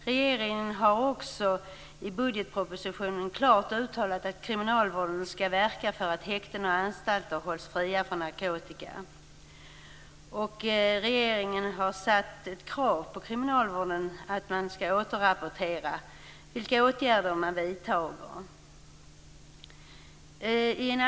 Regeringen har också i budgetpropositionen klart uttalat att kriminalvården skall verka för att häkten och anstalter hålls fria från narkotika. Regeringen har satt ett krav på kriminalvården att avrapportera vilka åtgärder som vidtas.